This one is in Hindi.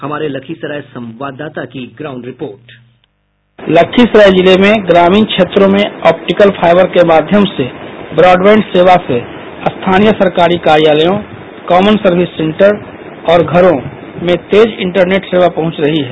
हमारे लखीसराय संवाददाता की ग्राउंड रिपोर्ट बाईट संवाददाता लखीसराय जिले में ग्रामीण क्षेत्रों में आप्टिकल फाइबर के माध्यम से ब्राडबैंड सेवा से स्थानीय सरकारी कार्यालयों कामन सर्विस सेंटर और घरों में तेज इंटरनेट सेवा पहुंच रही है